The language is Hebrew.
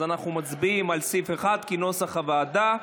אז אנחנו מצביעים על סעיף 1 כנוסח הוועדה,